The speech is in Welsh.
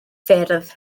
ffyrdd